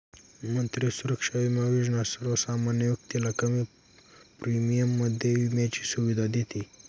मंत्री सुरक्षा बिमा योजना सर्वसामान्य व्यक्तीला कमी प्रीमियम मध्ये विम्याची सुविधा देते